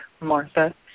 Martha